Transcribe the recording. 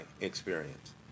experience